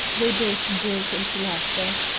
they both broke into laughter.